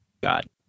God